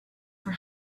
were